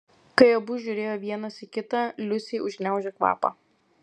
kai abu žiūrėjo vienas į kitą liusei užgniaužė kvapą